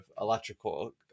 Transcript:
electrical